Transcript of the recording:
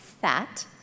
fat